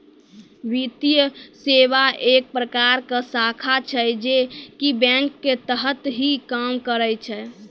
वित्तीये सेवा एक प्रकार के शाखा छै जे की बेंक के तरह ही काम करै छै